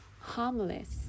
harmless